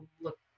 look